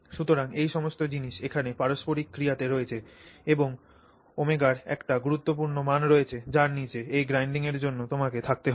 সুতরাং এই সমস্ত জিনিস এখানে পারস্পরিক ক্রিয়াতে রয়েছে এবং ω র একটি গুরুত্বপূর্ণ মান রয়েছে যার নীচে এই গ্রাইন্ডিং এর জন্য তোমাকে থাকতে হবে